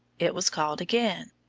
it was called again.